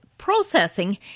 processing